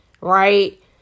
right